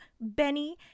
Benny